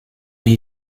when